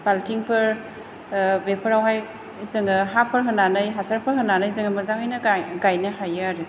बाल्टिंफोर बेफोरावहाय जोङो हाफोर होनानै हासारफोर होनानै जोङो मोजाङैनो गाय गायनो हायो आरो